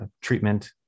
treatment